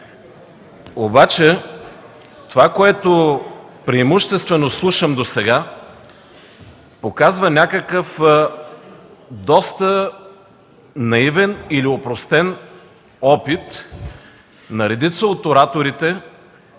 думата. Това, което преимуществено слушам досега, показва някакъв доста наивен или опростен опит на редица от ораторите